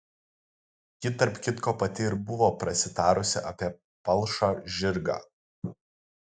ji tarp kitko pati ir buvo prasitarusi apie palšą žirgą